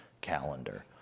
calendar